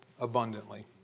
abundantly